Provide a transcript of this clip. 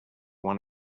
one